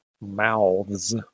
mouths